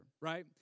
right